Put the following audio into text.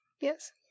Yes